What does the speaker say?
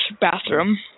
bathroom